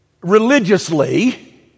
religiously